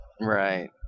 Right